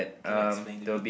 can you explain to me